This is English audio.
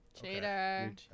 Cheater